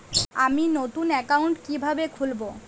আমি নতুন অ্যাকাউন্ট কিভাবে খুলব?